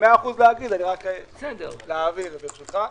מאה אחוז להגיד, רק רציתי להבהיר ברשותך.